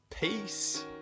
Peace